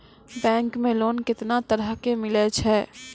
Bank मे loan कैतना तरह के मिलै छै?